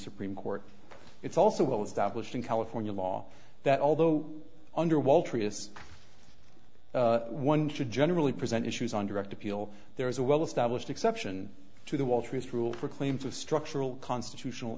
supreme court it's also well established in california law that although under walter eous one should generally present issues on direct appeal there is a well established exception to the walters rule for claims of structural constitutional